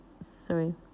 Sorry